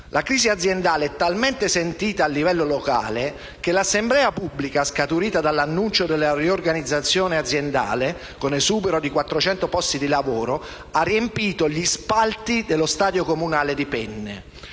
La crisi aziendale è talmente sentita a livello locale che l'assemblea pubblica, scaturita dall'annuncio della riorganizzazione aziendale con esubero di 400 posti di lavoro, ha riempito gli spalti dello stadio comunale di Penne.